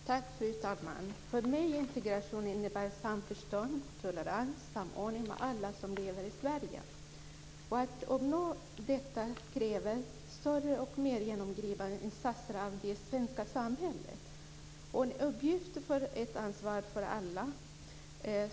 Fru talman! För mig innebär integration samförstånd, tolerans och samordning mellan alla som lever i Sverige. För att vi ska nå detta krävs större och mer genomgripande insatser från det svenska samhället. Denna uppgift är ett ansvar för alla.